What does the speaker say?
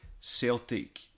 Celtic